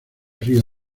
río